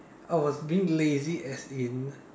I was being lazy as in